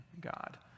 God